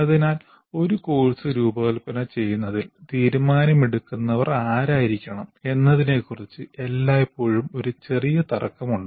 അതിനാൽ ഒരു കോഴ്സ് രൂപകൽപ്പന ചെയ്യുന്നതിൽ തീരുമാനമെടുക്കുന്നവർ ആരായിരിക്കണം എന്നതിനെക്കുറിച്ച് എല്ലായ്പ്പോഴും ഒരു ചെറിയ തർക്കമുണ്ട്